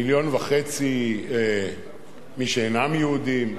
מיליון וחצי מי שאינם יהודים,